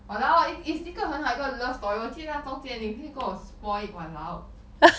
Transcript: !walao! eh is 一一个很好的一个 love story 我记到中间你去给我 spoil it !walao!